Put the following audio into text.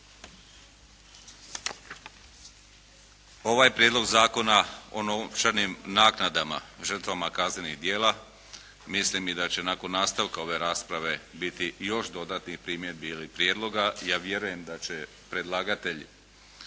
ovaj Prijedlog zakona o novčanim naknadama žrtvama kaznenih djela, mislim da će nakon nastavka ove rasprave biti još dodatnih primjedbi ili prijedloga, ja vjerujem da će predlagatelj